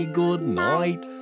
goodnight